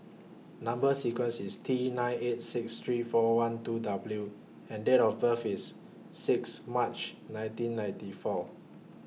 Number sequence IS T nine eight six three four one two W and Date of birth IS six March nineteen ninety four